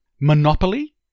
Monopoly